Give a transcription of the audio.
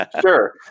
Sure